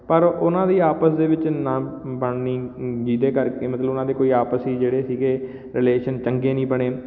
ਪਰ ਉਹਨਾਂ ਦੀ ਆਪਸ ਦੇ ਵਿੱਚ ਨਾ ਬਣਨੀ ਜਿਹਦੇ ਕਰਕੇ ਮਤਲਬ ਉਹਨਾਂ ਦੇ ਕੋਈ ਆਪਸੀ ਜਿਹੜੇ ਸੀਗੇ ਰਿਲੇਸ਼ਨ ਚੰਗੇ ਨਹੀਂ ਬਣੇ